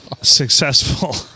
successful